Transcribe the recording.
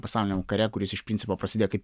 pasauliniam kare kuris iš principo prasidėjo kaip